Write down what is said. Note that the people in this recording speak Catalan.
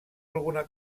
alguna